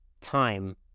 time